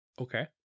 Okay